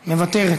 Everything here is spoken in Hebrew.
מוותרת,